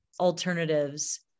alternatives